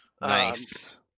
Nice